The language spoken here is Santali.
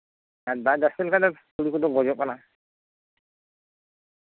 ᱫᱟᱜ ᱡᱟᱥᱛᱤ ᱞᱮᱱᱠᱷᱟᱱ ᱫᱚ ᱛᱩᱲᱤ ᱠᱚᱫᱚ ᱜᱚᱡᱜ ᱠᱟᱱᱟ